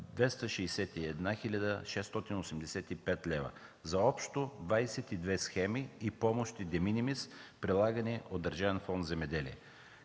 хил. 685 лв. за общо 22 схеми и помощи „de minimis”, прилагани от Държавен фонд „Земеделие”.